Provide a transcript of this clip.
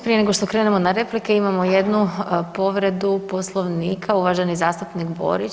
Prije nego što krenemo na replike imamo jednu povredu Poslovnika, uvaženi zastupnik Borić.